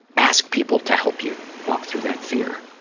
ask people to help you walk through that fear.